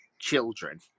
children